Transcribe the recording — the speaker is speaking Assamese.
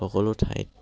সকলো ঠাইত